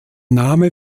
name